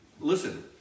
listen